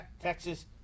Texas